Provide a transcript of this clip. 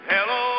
Hello